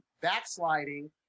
backsliding